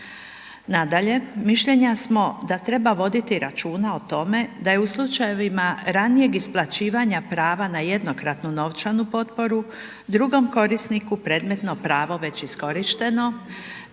Nadalje, mišljenja smo da treba voditi računa o tome da je u slučajevima ranijeg isplaćivanja prava na jednokratnu novčanu potporu, drugom korisniku predmetno pravo već iskorišteno